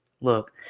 look